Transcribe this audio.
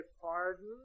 pardon